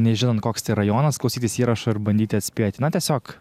nežinant koks tai rajonas klausytis įrašo ir bandyti atspėti na tiesiog